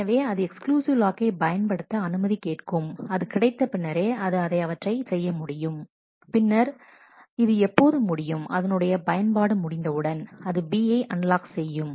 எனவே அது எக்ஸ்க்ளூசிவ் லாக்கை பயன்படுத்த அனுமதி கேட்கும் அது கிடைத்த பின்னரே அது அதை அவற்றை செய்ய முடியும் பின்னர் இது எப்போது முடியும் அதனுடைய பயன்பாடு முடிந்தவுடன் அது B யை அன்லாக் செய்யும்